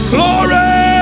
Glory